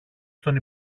στον